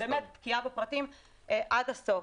אני באמת בקיאה בפרטים עד הסוף.